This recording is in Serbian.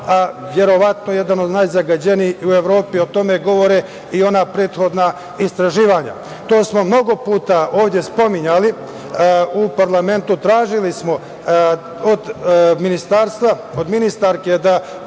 verovatno jedan od najzagađenijih u Evropi. O tome govore i ona prethodna istraživanja. To smo mnogo puta ovde spominjali u parlamentu, tražili smo od ministarstva, od ministarke da